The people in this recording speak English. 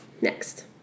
next